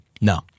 No